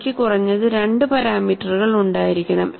എനിക്ക് കുറഞ്ഞത് 2 പാരാമീറ്ററുകൾ ഉണ്ടായിരിക്കണം